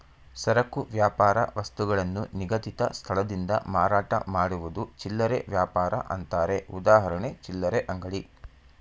ಸರಕು ವ್ಯಾಪಾರ ವಸ್ತುಗಳನ್ನು ನಿಗದಿತ ಸ್ಥಳದಿಂದ ಮಾರಾಟ ಮಾಡುವುದು ಚಿಲ್ಲರೆ ವ್ಯಾಪಾರ ಅಂತಾರೆ ಉದಾಹರಣೆ ಚಿಲ್ಲರೆ ಅಂಗಡಿ